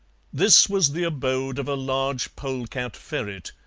this was the abode of a large polecat-ferret,